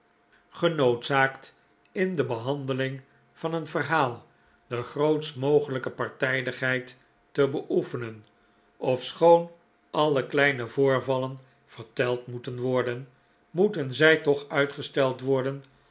genoodzaakt in de behandeling van een verhaal de grootst mogelijke partijdigheid te beoefenen ofschoon alle kleine voorvallen verteld moeten worden moeten zij toch uitgesteld worden